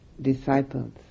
disciples